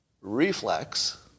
reflex